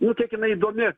nu kiek inai įdomi